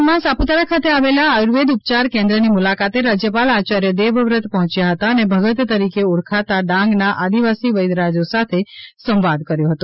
ડાંગમાં સાપુતારા ખાતે આવેલા આયુર્વેદ ઉપચાર કેન્દ્રની મુલાકાતે રાજ્યપાલ આચાર્ય દેવવ્રત પહોચ્યા હતા અને ભગત તરીકે ઓળખાતા ડાંગના આદિવાસી વૈધરાજો સાથે સંવાદ કર્યો હતો